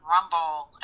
Rumble